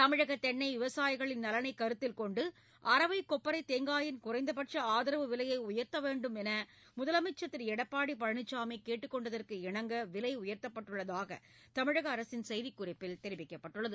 தமிழக தென்னை விவசாயிகளின் நலனைக் கருத்தில் கொண்டு அரவை கொப்பரை தேங்காயின் குறைந்தபட்ச ஆதாவு விலையை உயர்த்த வேண்டும் என்று முதலமைச்சர் திரு எடப்பாடி பழனிசாமி கேட்டுக்கொண்டதற்கிணங்க விலை உயர்த்தப்பட்டுள்ளதாக தமிழக அரசின் செய்திக் குறிப்பில் தெரிவிக்கப்பட்டுள்ளது